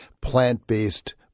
plant-based